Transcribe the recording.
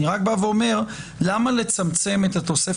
אני רק אומר: למה לצמצם את התוספת